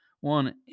one